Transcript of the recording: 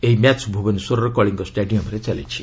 ଏହି ମ୍ୟାଚ୍ ଭ୍ରବନେଶ୍ୱରର କଳିଙ୍ଗ ଷ୍ଟାଡିୟମରେ ଚାଲିଛି